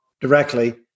directly